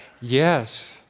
Yes